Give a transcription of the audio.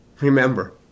Remember